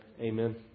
Amen